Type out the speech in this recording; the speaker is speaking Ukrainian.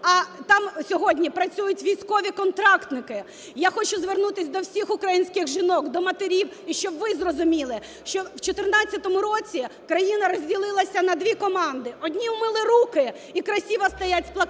а там сьогодні працюють військові контрактники. Я хочу звернутися до всіх українських жінок, до матерів і щоб ви зрозуміли, що в 2014 році країна розділилася на дві команди: одні умили руки і красіво стоять з плакатами,